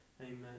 amen